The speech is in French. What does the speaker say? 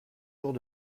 jours